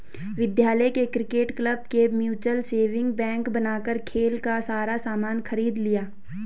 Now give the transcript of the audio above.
विद्यालय के cricket club ने म्यूचल सेविंग बैंक बनाकर खेल का सारा सामान खरीद लिया